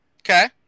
Okay